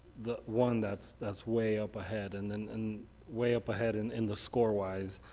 the one that's that's way up ahead and then and way up ahead and in the score wise.